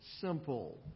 simple